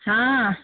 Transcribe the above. हा